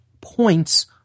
points